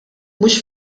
mhux